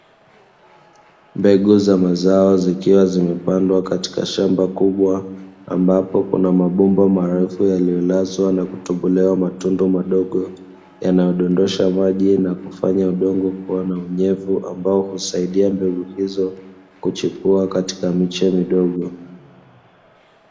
Mbegu za mazao zikiwa zimepandwa katika shamba kubwa ambapo kuna mabomba marefu yaliyolazwa na kutobolewa matundu madogo yanayodondosha, maji na kufanya udongo kuwa na unyevu ambao husaidia mbegu hizo kuchipua katika miche midogo.